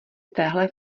téhle